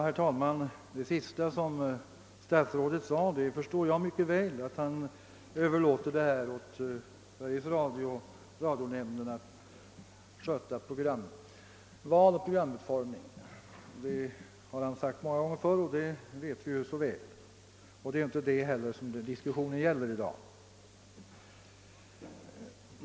Herr talman! Jag förstår mycket väl det senaste som statsrådet sade, att han överlåter åt Sveriges Radio och radionämnden att sköta programval och programutformning. Det har han sagt många gånger förr, och det känner vi väl till, men det är inte heller det som diskussionen gäller här i dag.